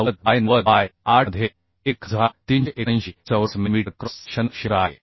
90 by 90 by 8 मध्ये 1379 चौरस millimetre cross sectional क्षेत्र आहे